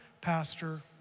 Pastor